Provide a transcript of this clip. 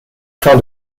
fin